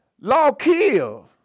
Law-kill